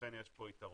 ולכן יש פה יתרון.